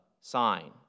sign